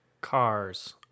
Cars